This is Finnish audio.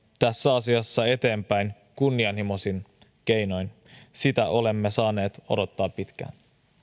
tässä asiassa eteenpäin kunnianhimoisin keinoin sitä olemme saaneet odottaa pitkään